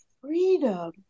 freedom